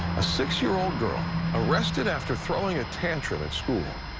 six year-old girl arrested after throwing a tantrum at school.